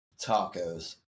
tacos